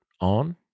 on